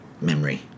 memory